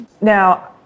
now